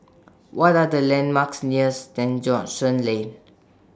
What Are The landmarks near St George's Lane